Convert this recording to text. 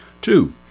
Two